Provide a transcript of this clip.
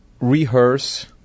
rehearse